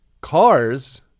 Cars